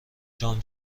جام